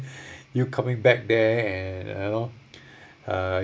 you coming back there and you know uh